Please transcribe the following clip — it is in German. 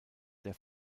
der